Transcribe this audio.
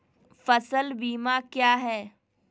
फ़सल बीमा क्या है?